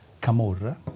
Camorra